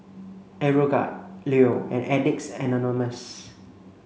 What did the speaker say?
Aeroguard Leo and Addicts Anonymous